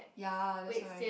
ya that's why